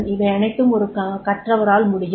இவையனைத்தும் ஒரு கற்றாவரால் முடியும்